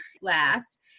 last